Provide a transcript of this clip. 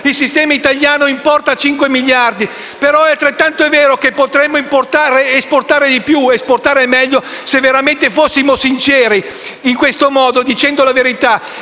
il sistema italiano importa 5 miliardi, ma è altrettanto vero che potremmo esportare di più e meglio se veramente fossimo sinceri, se dicessimo la verità,